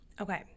Okay